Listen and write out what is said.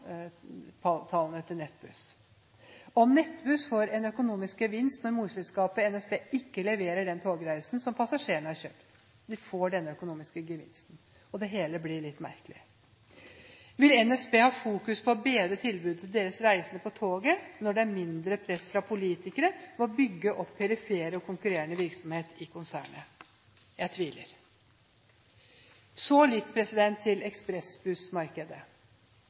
til Nettbuss. Nettbuss får en økonomisk gevinst når morselskapet NSB ikke leverer den togreisen som passasjerene har kjøpt. De får denne økonomiske gevinsten, og det hele blir litt merkelig. Vil NSB ha fokus på å bedre tilbudet til sine reisende på toget når det er mindre press fra politikere ved at man bygger opp perifere og konkurrerende virksomheter i konsernet? Jeg tviler. Så litt til ekspressbussmarkedet: